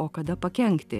o kada pakenkti